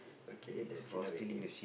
okay that's innovative